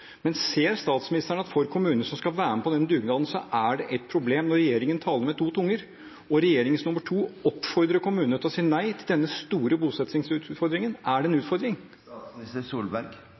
Men ser statsministeren at for kommunene som skal være med på denne dugnaden, så er det et problem når regjeringen taler med to tunger, og at når regjeringens nr. 2 oppfordrer kommunene til å si nei til denne store bosettingsutfordringen, er det en